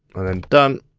and then done.